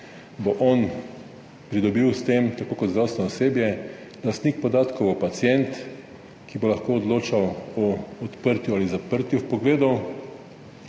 bo on pridobil s tem, tako kot zdravstveno osebje. Lastnik podatkov bo pacient, ki bo lahko odločal o odprtju ali zaprtju vpogledov.